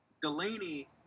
Delaney